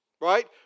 Right